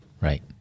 Right